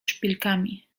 szpilkami